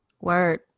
Word